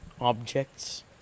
objects